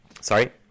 Sorry